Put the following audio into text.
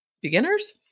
beginners